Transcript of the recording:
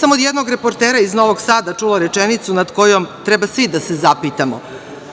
sam od jednog reportera iz Novog Sada čula rečenicu nad kojom treba svi da se zapitamo,